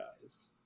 guys